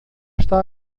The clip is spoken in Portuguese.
está